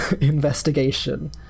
investigation